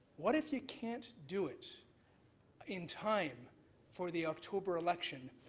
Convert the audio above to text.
what if you can't do it in time for the october election?